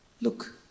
look